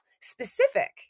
specific